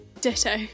ditto